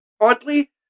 Oddly